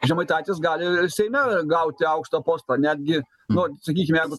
žemaitaitis gali seime gauti aukštą postą netgi nu sakykim jeigu